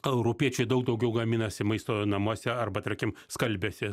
europiečiai daug daugiau gaminasi maisto namuose arba tarkim skalbiasi